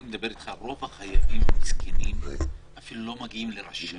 אני מדבר אתך על רוב החייבים המסכנים שאפילו לא מגיעים לרשם